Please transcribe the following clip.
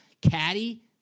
Caddy